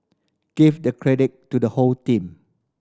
give the credit to the whole team